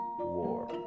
War